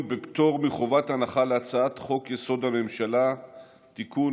בפטור מחובת הנחה להצעת חוק-יסוד: הממשלה (תיקון,